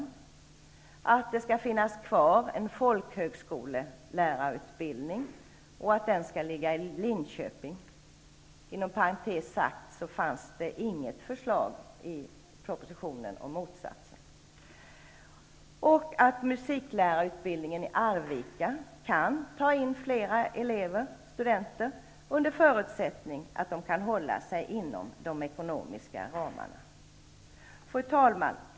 Vi är eniga om att det skall finnas kvar en folkhögskollärarutbildning och att den skall ligga kvar i Linköping. Inom parentes sagt fanns det inget förslag i propositionen om motsatsen. Vi är också eniga om att musiklärarutbildningen i Arvika kan ta in flera studenter under förutsättning att man kan hålla sig inom de ekonomiska ramarna. Fru talman!